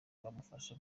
bamufasha